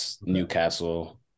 Newcastle